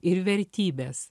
ir vertybes